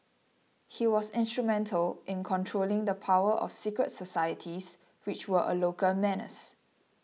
he was instrumental in controlling the power of secret societies which were a local menace